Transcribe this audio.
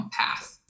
path